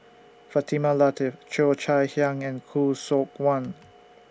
Fatimah Lateef Cheo Chai Hiang and Khoo Seok Wan